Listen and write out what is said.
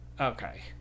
Okay